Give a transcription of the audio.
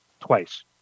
twice